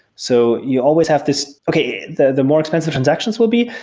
so you always have this okay. the the more expensive transactions will be,